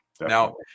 Now